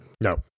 No